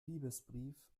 liebesbrief